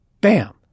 Bam